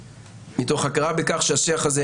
מתוך הכרה בכך שהשיח הזה,